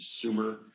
consumer